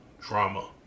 drama